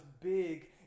big